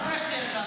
איך ידעתי?